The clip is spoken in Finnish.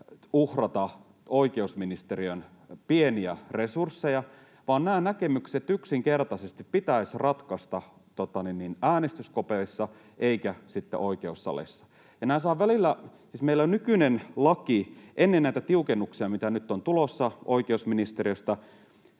uhrata oikeusministeriön pieniä resursseja, vaan nämä näkemykset yksinkertaisesti pitäisi ratkaista äänestyskopeissa eikä sitten oikeussaleissa. Siis meillä jo ennen näitä tiukennuksia, mitä nyt on tulossa oikeusministeriöstä,